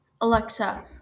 Alexa